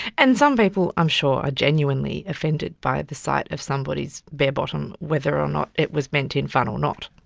and some people i'm sure are genuinely offended by the sight of somebody's bare bottom, whether or not it was meant in fun or not.